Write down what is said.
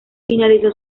finalizó